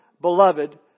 beloved